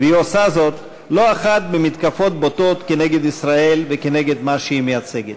והיא עושה זאת לא אחת במתקפות בוטות כנגד ישראל וכנגד מה שהיא מייצגת.